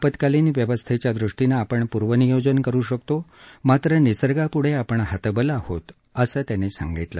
आपतकालिन व्यवस्थेच्या दृष्टीनं आपण पूर्व नियोजन करु शकतो मात्र निसर्गापुढे आपण हतबल आहोत असं त्यांनी सांगितलं